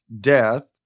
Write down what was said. death